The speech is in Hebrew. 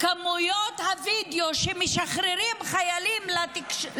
כמויות הווידיאו שחיילים משחררים